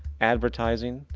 advertising,